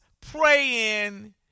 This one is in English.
praying